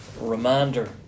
reminder